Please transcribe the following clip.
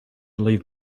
leave